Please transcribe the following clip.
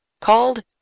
Called